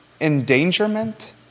Endangerment